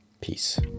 peace